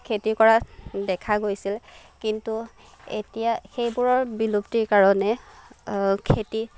খেতি কৰা দেখা গৈছিলে কিন্তু এতিয়া সেইবোৰৰ বিলুপ্তিৰ কাৰণে খেতি